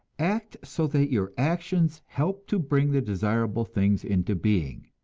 act so that your actions help to bring the desirable things into being,